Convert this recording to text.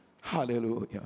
hallelujah